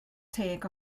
teg